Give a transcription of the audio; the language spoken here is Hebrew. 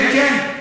כן, כן.